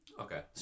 Okay